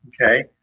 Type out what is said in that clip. Okay